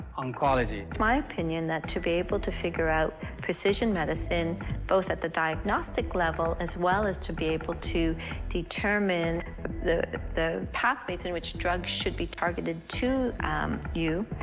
oncology. my opinion that to be able to figure out precision medicine both at the diagnostic level as well as to be able to determine the the pathways in which drugs should be targeted to you,